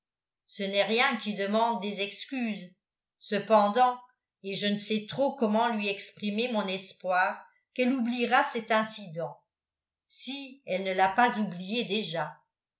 ce n'est rien qui demande des excuses cependant et je ne sais trop comment lui exprimer mon espoir qu'elle oubliera cet incident si elle ne l'a pas oublié déjà